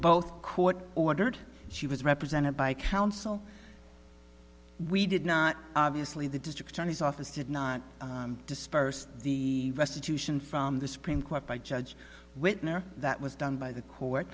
both court ordered she was represented by counsel we did not obviously the district attorney's office did not disperse the restitution from the supreme court by judge whitner that was done by the court